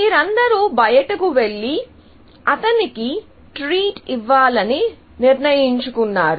మీరందరూ బయటకు వెళ్లి అతనికి ట్రీట్ ఇవ్వాలని నిర్ణయించుకున్నారు